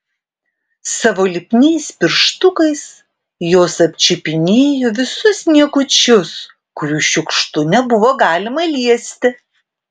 savo lipniais pirštukais jos apčiupinėjo visus niekučius kurių šiukštu nebuvo galima liesti